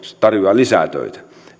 tarjoaa lisää töitä